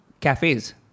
cafes